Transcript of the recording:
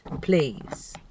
Please